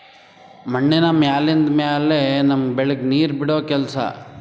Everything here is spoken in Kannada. ಮಣ್ಣಿನ ಮ್ಯಾಲಿಂದ್ ಮ್ಯಾಲೆ ನಮ್ಮ್ ಬೆಳಿಗ್ ನೀರ್ ಬಿಡೋ ಕೆಲಸಾ